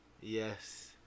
Yes